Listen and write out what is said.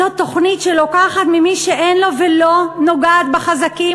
זאת תוכנית שלוקחת ממי שאין לו ולא נוגעת בחזקים,